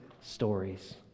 stories